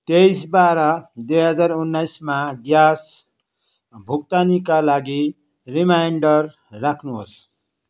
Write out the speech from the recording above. तेइस बाह्र दुई हजार उन्नाइसमा ग्यास भुक्तानीका लागि रिमाइन्डर राख्नुहोस्